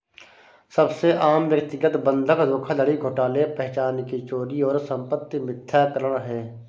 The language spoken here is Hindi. सबसे आम व्यक्तिगत बंधक धोखाधड़ी घोटाले पहचान की चोरी और संपत्ति मिथ्याकरण है